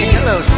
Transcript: Hello